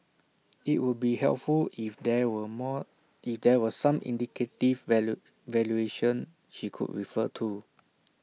IT would be helpful if there were more there were some indicative value valuation she could refer to